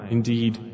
Indeed